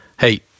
Hey